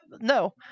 no